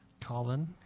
Colin